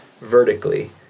vertically